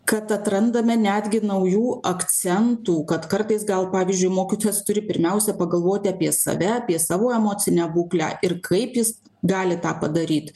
kad atrandame netgi naujų akcentų kad kartais gal pavyzdžiui mokytojas turi pirmiausia pagalvoti apie save apie savo emocinę būklę ir kaip jis gali tą padaryt